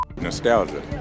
Nostalgia